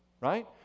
right